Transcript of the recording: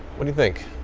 what do you think?